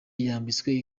yambitswe